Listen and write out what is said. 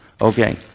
Okay